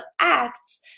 acts